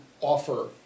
offer